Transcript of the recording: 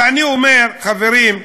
ואני אומר: חברים,